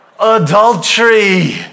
adultery